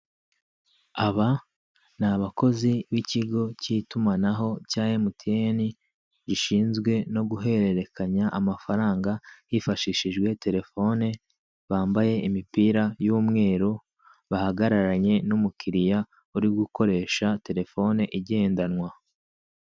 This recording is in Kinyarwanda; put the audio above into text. Aba ni abakozi b'ikigo k'itumanaho cya emutiyene gishinzwe no guhererekenye amafaranga hifashishijwe terefone, bambaye imipira y'umweru bahagararanye n'umukirya uri gukoresha terefone igendanwa.